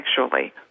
sexually